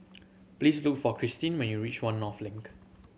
please look for Cristine when you reach One North Link